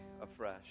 afresh